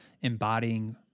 embodying